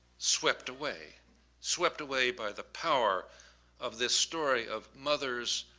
swept away swept away by the power of this story of mothers,